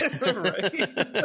right